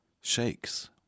shakes